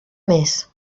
més